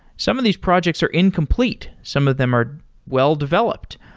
some of these projects are incomplete. some of them are well-developed,